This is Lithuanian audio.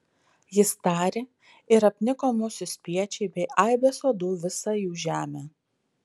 jis tarė ir apniko musių spiečiai bei aibės uodų visą jų žemę